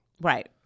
Right